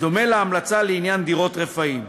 בדומה להמלצה לעניין דירות רפאים,